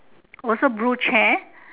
also blue chair